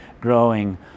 growing